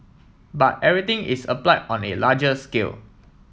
but everything is applied on a larger scale